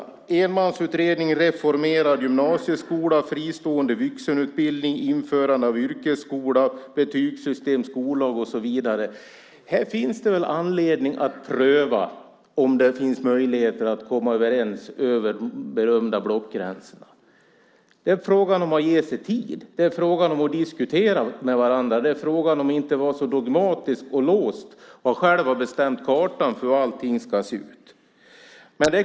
Det har gjorts enmansutredningar om reformerad gymnasieskola, fristående vuxenutbildning, införande av yrkesskola, förändrat betygssystem, skollag och så vidare. Här finns det väl anledning att pröva om det finns möjlighet att komma överens över de berömda blockgränserna? Det är en fråga om att ge sig tid, att diskutera med varandra och inte vara så dogmatisk och låst och själv ha bestämt kartan för hur allt ska se ut.